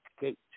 Gate